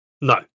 No